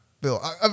Bill